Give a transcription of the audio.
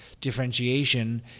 differentiation